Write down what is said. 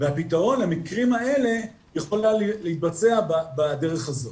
והפתרון למקרים האלה יכול היה להתבצע בדרך הזאת.